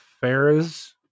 Ferris